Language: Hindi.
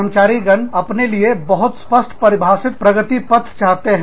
कर्मचारीगण अपने लिए बहुत स्पष्ट परिभाषित प्रगति पथ चाहते हैं